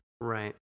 Right